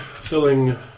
selling